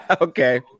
Okay